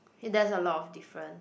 hey that's a lot of different